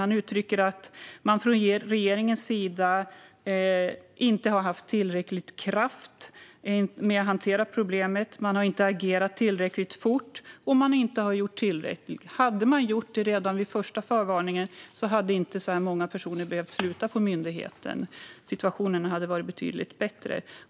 Han uttrycker att man från regeringens sida inte har hanterat problemet med tillräcklig kraft. Man har inte agerat tillräckligt fort, och man har inte gjort tillräckligt. Om man hade gjort det redan vid den första förvarningen skulle inte så här många personer ha behövt sluta på myndigheten. Situationen hade varit betydligt bättre.